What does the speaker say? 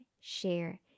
share